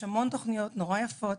יש המון תוכניות נורא יפות.